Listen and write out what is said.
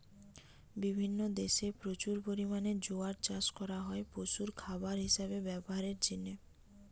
বিভিন্ন দেশে প্রচুর পরিমাণে জোয়ার চাষ করা হয় পশুর খাবার হিসাবে ব্যভারের জিনে